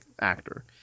actor